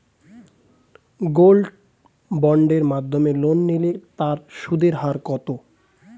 Gold বন্ডের মাধ্যমে loan নিলে তার সুদের হার কত?